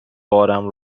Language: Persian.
بارم